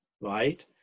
right